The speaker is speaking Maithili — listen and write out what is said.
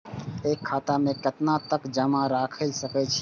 एक खाता में केतना तक जमा राईख सके छिए?